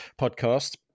podcast